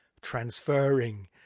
transferring